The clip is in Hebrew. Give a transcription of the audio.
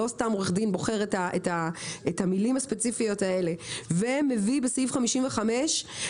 לא סתם עורך דין בוחר את המילים הספציפיות האלה ומביא בסעיף 55 את